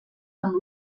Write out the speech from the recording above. amb